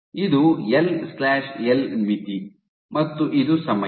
ಇದು L L ಮಿತಿ LL limit ಮತ್ತು ಇದು ಸಮಯ